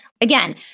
Again